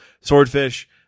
Swordfish